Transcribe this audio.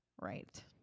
right